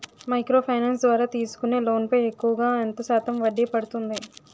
Micro finance ద్వారా తీసుకునే loan పై ఎక్కువుగా ఎంత శాతం వడ్డీ పడుతుంది?